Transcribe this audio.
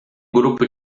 grupo